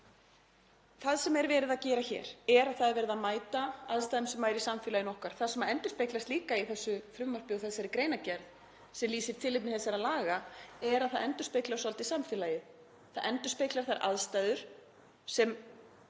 Það sem verið er að gera hér er að það er verið að mæta aðstæðum sem eru í samfélaginu okkar. Það sem endurspeglast líka í þessu frumvarpi og þessari greinargerð, sem lýsir tilefni þessara laga, er að það endurspeglar svolítið samfélagið. Það endurspeglar þær aðstæður sem